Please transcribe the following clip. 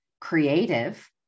creative